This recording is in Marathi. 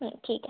हो ठीक आहे